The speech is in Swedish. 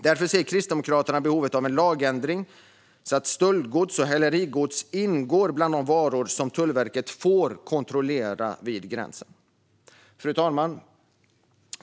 Därför ser Kristdemokraterna behovet av en lagändring, så att stöldgods och hälerigods ingår bland de varor som Tullverket får kontrollera vid gränsen. Fru talman!